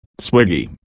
Swiggy